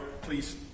please